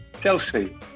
Chelsea